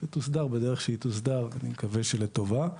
שתוסדר בדרך שהיא תוסדר, אני מקווה שלטובה.